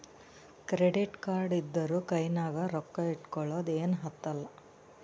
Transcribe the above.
credit card ಇದ್ದೂರ ಕೈನಾಗ್ ರೊಕ್ಕಾ ಇಟ್ಗೊಳದ ಏನ್ ಹತ್ತಲಾ